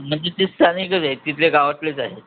म्हणजे ते स्थानिकच आहेत तिथले गावातलेच आहेत